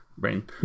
brain